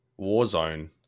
Warzone